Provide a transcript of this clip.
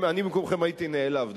אני במקומכם הייתי נעלב,